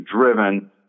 driven